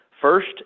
First